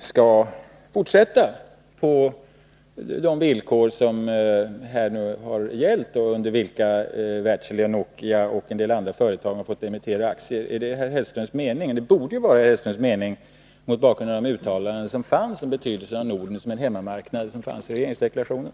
skall finnas kvar på de villkor som nu har gällt och under vilka Wärtsilä, Nokia och en del andra företag har fått emittera aktier? Är det herr Hellströms mening? Det borde vara det mot bakgrund av de uttalanden om betydelsen av Norden som en hemmamarknad som fanns i regeringsdeklarationen.